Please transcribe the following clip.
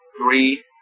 three